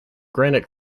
granite